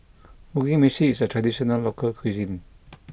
Mugi Meshi is a traditional local cuisine